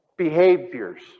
behaviors